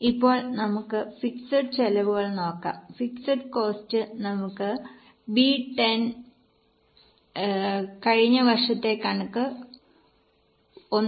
ഇപ്പോൾ നമുക്ക് ഫിക്സഡ് ചെലവുകൾ നോക്കാം ഫിക്സഡ് കോസ്റ്റ് നമുക്ക് B 10 B 10 കഴിഞ്ഞ വർഷത്തെ കണക്ക് 1